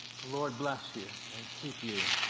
lord bless you and keep you.